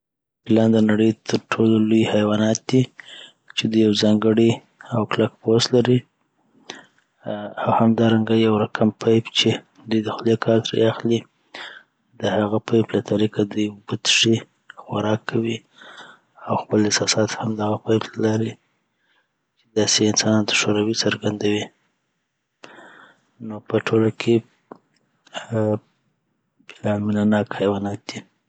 فیلان دنړې تر ټولو لوي حیوانات دی چي دوي یو ځانګړي اوکلک پوست لري آ او همدارنګه یو رکم پیپ چي دوي دخولې کار تري اخلي دهغه پیپ له طریقه دوي اوبه څښي، خوراک کوي ،اوخپل احساسات هم دهغه پیپ له لارې چی داسي یی انسانانو ته ښوروي آ څرګندوی نو په ټوله کی فیلان مینناک حیوانات دي